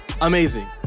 Amazing